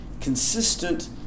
consistent